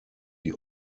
die